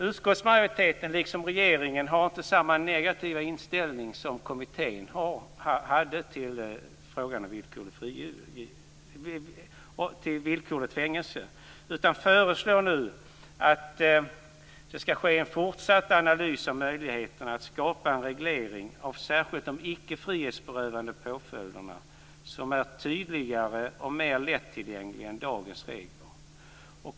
Utskottsmajoriteten, liksom regeringen, har inte samma negativa inställning som kommittén hade till frågan om villkorligt fängelse. Vi föreslår nu att det skall ske en fortsatt analys av möjligheterna att skapa en reglering av särskilt de icke frihetsberövande påföljderna, en reglering som är tydligare och mer lätttillgänglig än dagens regler.